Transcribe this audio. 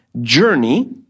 journey